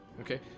Okay